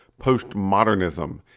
postmodernism